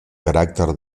caràcter